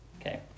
Okay